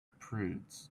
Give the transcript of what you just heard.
prudes